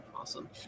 Awesome